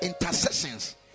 intercessions